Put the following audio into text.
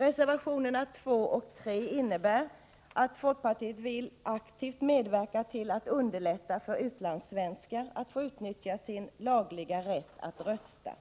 Reservationerna 2 och 3 innebär att folkpartiet vill aktivt medverka till att underlätta för utlandssvenskar att utnyttja sin lagliga rätt att rösta,